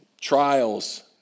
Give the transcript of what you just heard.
trials